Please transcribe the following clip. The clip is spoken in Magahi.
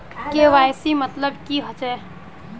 के.वाई.सी मतलब की होचए?